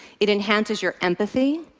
it enhances your empathy.